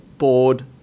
bored